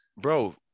bro